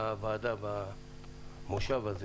הוועדה במושב הזה